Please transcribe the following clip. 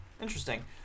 Interesting